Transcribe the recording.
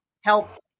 help